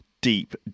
Deep